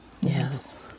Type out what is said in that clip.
Yes